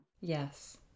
yes